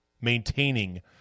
maintaining